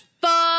fuck